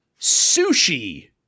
Sushi